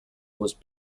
was